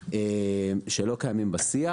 שלא קיימים בשיח.